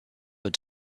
were